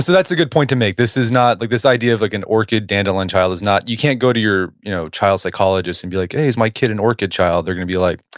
that's a good point to make. this is not, like this idea of like an orchid dandelion child is not, you can't go to your you know child's psychologist and be like, hey, is my kid an orchid child? they're going to be like,